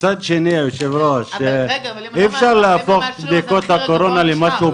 אם לא מאשרים אז המחיר הגבוה נשאר.